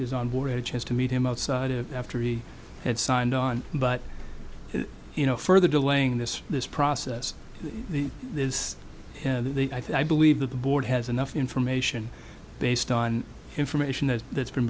is on board a chance to meet him outside of after he had signed on but you know further delaying this this process is i believe that the board has enough information based on information that that's been